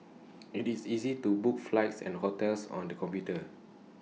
IT is easy to book flights and hotels on the computer